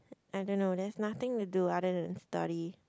I don't know there's nothing to do other than study